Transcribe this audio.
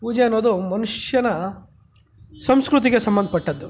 ಪೂಜೆ ಅನ್ನೋದು ಮನುಷ್ಯನ ಸಂಸ್ಕೃತಿಗೆ ಸಂಬಂಧಪಟ್ಟದ್ದು